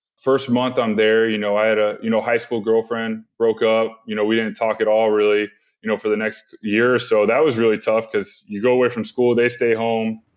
first month i'm there you know i had a you know high school girlfriend, broke up, you know we didn't talk at all really you know for the next year or so. that was really tough as you go away from school they stay home.